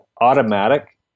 automatic